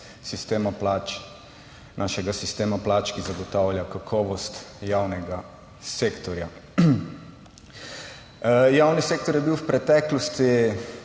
našega sistema plač, ki zagotavlja kakovost javnega sektorja. Javni sektor je bil v preteklosti